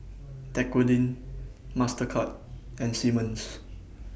Dequadin Mastercard and Simmons